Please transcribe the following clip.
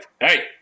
hey